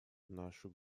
нашу